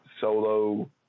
solo